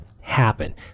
happen